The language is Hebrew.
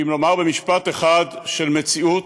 שאם לומר במשפט אחד של מציאות: